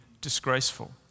disgraceful